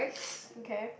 okay